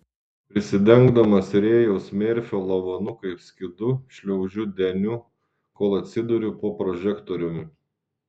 prisidengdamas rėjaus merfio lavonu kaip skydu šliaužiu deniu kol atsiduriu po prožektoriumi